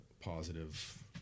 positive